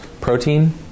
protein